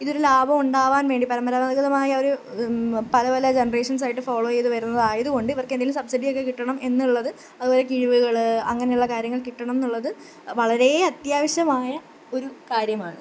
ഇതൊരു ലാഭമുണ്ടാവാൻ വേണ്ടി പരമ്പരാഗതമായ ഒരു പല പല ജനറേഷൻസായിട്ട് ഫോളൊ ചെയ്തു വരുന്നതായതുകൊണ്ട് ഇവർക്ക് എന്തെങ്കിലും സബ്സിഡിയൊക്കെ കിട്ടണം എന്നുള്ളത് അതൊരു കിഴിവുകൾ അങ്ങനെയുള്ള കാര്യങ്ങൾ കിട്ടണം എന്നുള്ളത് വളരേ അത്യാവശ്യവായ ഒരു കാര്യമാണ്